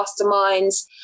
masterminds